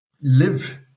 live